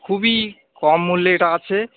খুবই কম মূল্যে এটা আছে